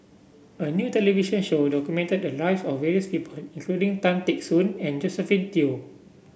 a new television show documented the lives of various people including Tan Teck Soon and Josephine Teo